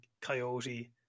coyote